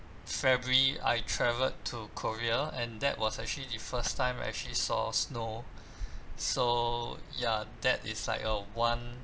february I travelled to korea and that was actually the first time I actually saw snow so ya that is like a one